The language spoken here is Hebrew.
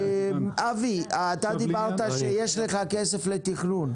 אבי, אתה דיברת שיש לך כסף לתכנון.